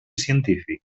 científic